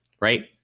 right